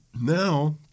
Now